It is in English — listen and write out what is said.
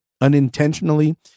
unintentionally